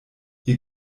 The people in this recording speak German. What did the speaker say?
ihr